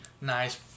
nice